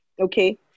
Okay